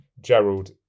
Gerald